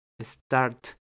start